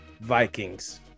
Vikings